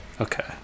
Okay